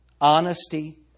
honesty